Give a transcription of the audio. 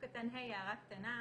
(ה), הערה קטנה.